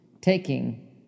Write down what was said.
Taking